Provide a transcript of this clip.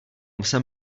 jsem